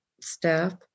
staff